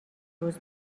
روز